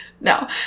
No